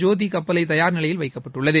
ஜோதி கப்பலை தயார் நிலையில் வைக்கப்பட்டுள்ளது